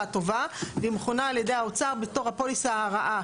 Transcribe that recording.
הטובה" והיא מכונה על ידי האוצר בתור "הפוליסה הרעה".